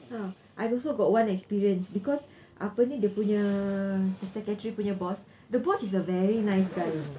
ah I also got one experience because apa ni dia punya secretary punya boss the boss is a very nice guy you know